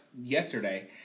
yesterday